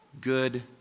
good